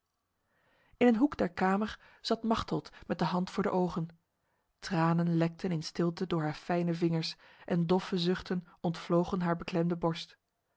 in een hoek der kamer zat machteld met de hand voor de ogen tranen lekten in stilte door haar fijne vingers en doffe zuchten ontvlogen haar beklemde borst